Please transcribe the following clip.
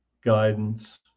guidance